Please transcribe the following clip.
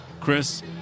Chris